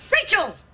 Rachel